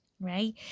right